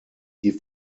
die